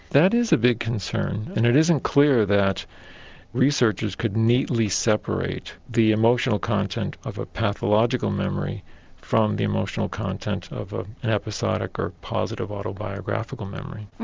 that is a big concern, and it isn't clear that researchers could neatly separate the emotional content of a pathological memory from the emotional content of of an episodic or positive autobiographical memory.